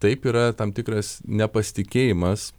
taip yra tam tikras nepasitikėjimas